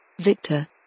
Victor